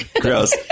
gross